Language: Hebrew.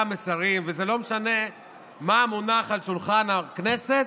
מסרים, וזה לא משנה מה מונח על שולחן הכנסת.